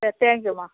ஆ thank யூம்மா